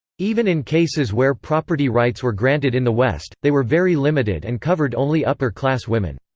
even in cases where property rights were granted in the west, they were very limited and covered only upper class women.